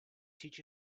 teach